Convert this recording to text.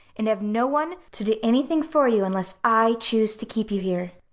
and have no one to do anything for you, unless i choose to keep you here.